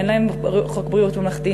אין להם חוק ביטוח בריאות ממלכתי,